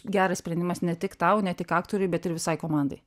geras sprendimas ne tik tau ne tik aktoriui bet ir visai komandai